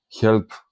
help